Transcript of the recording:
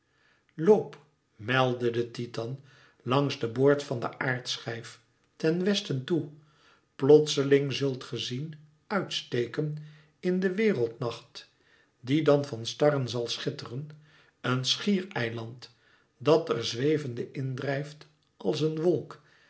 loop meldde de titan langs den boord van den aardschijf ten westen toe plotseling zult ge zien uit steken in de wereldnacht die dan van starren zal schitteren een schiereiland dat er zwevende in drijft als een wolk